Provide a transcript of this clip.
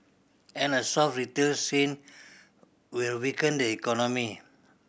and a soft retail scene will weaken the economy